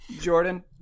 Jordan